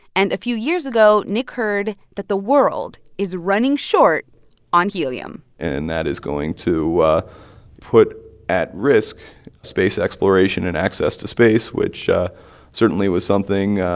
and a few years ago, nick heard that the world is running short on helium and that is going to put at risk space exploration and access to space, which yeah certainly was something,